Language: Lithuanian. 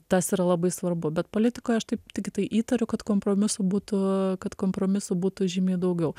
tas yra labai svarbu bet politikoj aš taip tiktai įtariu kad kompromisų būtų kad kompromisų būtų žymiai daugiau